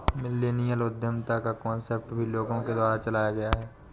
millennial उद्यमिता का concept भी लोगों के द्वारा चलाया गया है